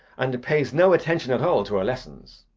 and pays no attention at all to her lessons.